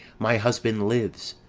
my husband lives,